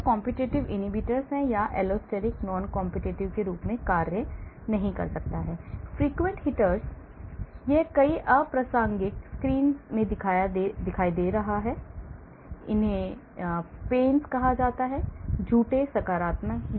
Frequent hitters यह कई अप्रासंगिक स्क्रीन में दिखाई दे रहा है उन्हें PAINS कहा जाता है झूठे सकारात्मक